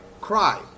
cry